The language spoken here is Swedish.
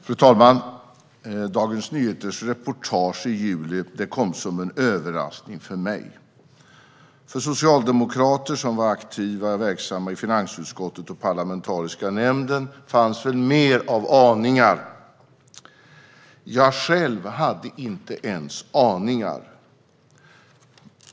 Fru talman! Dagens Nyheters reportage i juli kom som en överraskning för mig. För socialdemokrater som var aktiva verksamma i finansutskottet och det parlamentariska rådet fanns väl mer av aningar. Jag själv hade inte ens aningar.